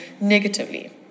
negatively